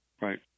Right